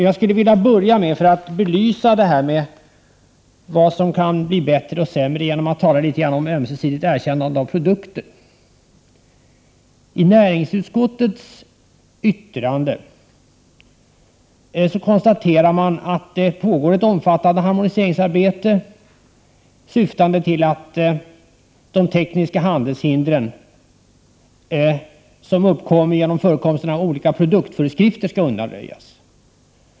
Jag skall börja med att belysa de förändringar som kan ske till det bättre och till det sämre genom att tala litet om ömsesidigt erkännande av produkter. I näringsutskottets yttrande konstaterar man att det pågår omfattande harmoniseringsarbeten inom EG syftande till att de tekniska handelshinder som uppstår genom förekomsten av olika produktföreskrifter skall undanröjas.